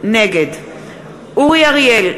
נגד אורי אריאל,